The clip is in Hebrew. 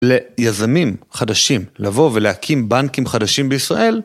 ליזמים חדשים לבוא ולהקים בנקים חדשים בישראל